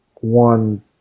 one